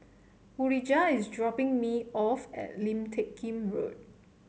Urijah is dropping me off at Lim Teck Kim Road